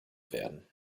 werden